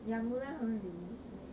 ya mulan haven't release